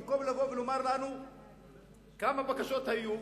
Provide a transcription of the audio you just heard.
במקום לבוא ולומר לנו כמה בקשות היו,